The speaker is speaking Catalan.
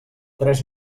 tres